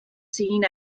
seeing